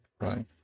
Right